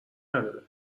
نداره